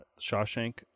shawshank